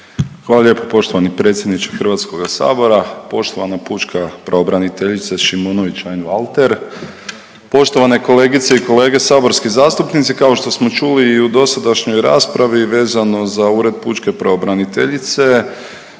Hvala lijepo poštovani predsjedniče Hrvatskoga sabora. Poštovana pučka pravobraniteljice Šimonović Einwalter, poštovane kolegice i kolege saborski zastupnici kao što smo čuli i u dosadašnjoj raspravi vezano za Ured pučke pravobraniteljice